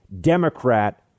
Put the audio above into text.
Democrat